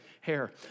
hair